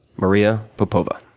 maria popova.